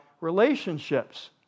relationships